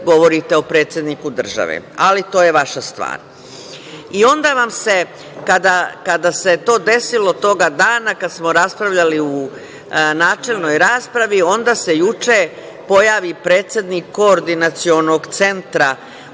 govorite o predsedniku države. Ali, to je vaša stvar. I onda vam se, kada se to desilo toga dana, kada smo raspravljali u načelnoj raspravi, onda se juče pojavi predsednik koordinacionog centra